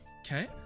Okay